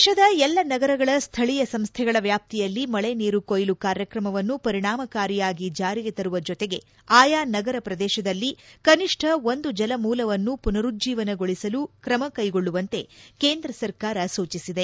ದೇಶದ ಎಲ್ಲ ನಗರಗಳ ಸ್ಥಳೀಯ ಸಂಸ್ಥೆಗಳ ವ್ಯಾಪ್ತಿಯಲ್ಲಿ ಮಳೆ ನೀರು ಕೊಯ್ಲು ಕಾರ್ಯಕ್ರಮವನ್ನು ಪರಿಣಾಕಾರಿಯಾಗಿ ಜಾರಿಗೆ ತರುವ ಜೊತೆಗೆ ಆಯಾ ನಗರ ಪ್ರದೇಶದಲ್ಲಿ ಕನಿಷ್ಟ ಒಂದು ಜಲಮೂಲವನ್ನು ಪುನರುಜ್ಜೀವನಗೊಳಿಸಲು ಕ್ರಮಕೈಗೊಳ್ಳುವಂತೆ ಕೇಂದ್ರ ಸರ್ಕಾರ ಸೂಚಿಸಿದೆ